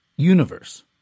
universe